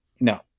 no